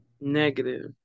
Negative